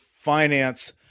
finance